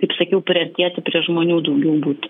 kaip sakiau priartėti prie žmonių daugiau būtų